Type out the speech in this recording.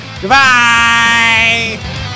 Goodbye